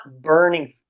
burning